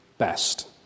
best